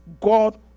God